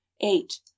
eight